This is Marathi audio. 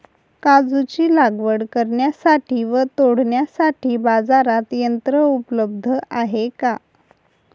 काजूची लागवड करण्यासाठी व तोडण्यासाठी बाजारात यंत्र उपलब्ध आहे का?